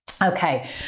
Okay